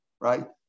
right